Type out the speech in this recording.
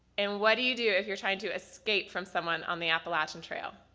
and what do you do if you're try and to escape from someone on the appalachian trail?